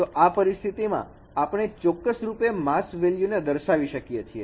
તો આ પરિસ્થિતિ મા આપણે ચોક્કસ રૂપે માસ્ક વેલ્યું ને દર્શાવી શકીએ છીએ